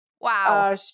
Wow